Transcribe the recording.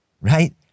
right